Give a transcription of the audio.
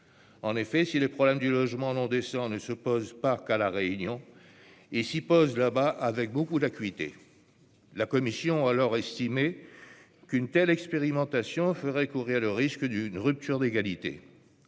En effet, si le problème du logement non décent ne se pose pas qu'à La Réunion, il s'y pose là-bas avec beaucoup d'acuité. La commission a alors estimé qu'une telle expérimentation ferait courir le risque d'une rupture d'égalité.